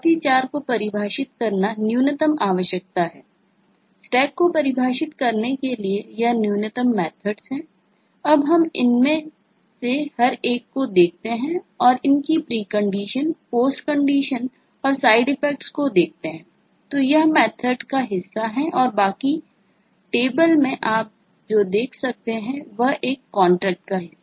Push Pop Top और Empty करने की मेथर्ड का हिस्सा है